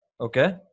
Okay